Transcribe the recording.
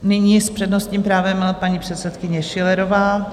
Nyní s přednostním právem paní předsedkyně Schillerová.